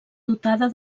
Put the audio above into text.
dotada